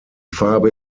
farbe